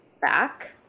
back